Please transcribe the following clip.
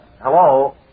hello